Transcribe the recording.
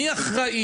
מי אחראי?